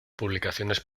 publicaciones